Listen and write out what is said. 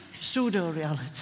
pseudo-reality